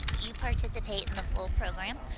you participate in the full program.